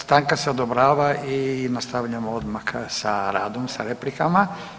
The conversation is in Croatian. Stanka se odobrava i nastavljamo odmah sa radom, sa replikama.